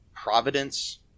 Providence